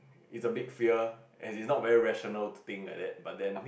is a big fear as is not very rational to think like that but then